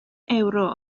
ewro